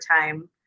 time